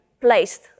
placed